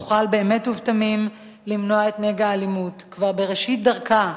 נוכל באמת ובתמים למנוע את האלימות כבר בראשית דרכה,